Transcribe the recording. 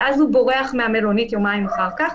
ואז הוא בורח מהמלונית יומיים אחר כך,